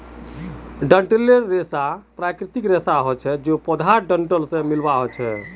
डंठलेर रेशा प्राकृतिक रेशा हछे जे पौधार डंठल से मिल्आ छअ